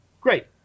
Great